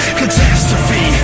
catastrophe